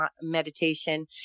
meditation